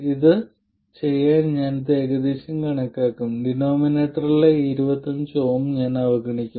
ഇത് ചെയ്യാൻ ഞാൻ ഇത് ഏകദേശം കണക്കാക്കും ഡിനോമിനേറ്ററിലെ ഈ 25 Ω ഞാൻ അവഗണിക്കും